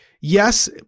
yes